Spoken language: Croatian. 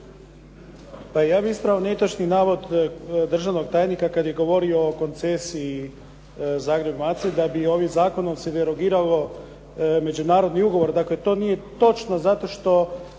Pa ja bih ispravio netočni navod državnog tajnika kad je govorio o koncesiji Zagreb-Macelj da bi ovim zakonom se derogirao međunarodni ugovor. Dakle, to nije točno zato što